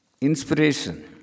Inspiration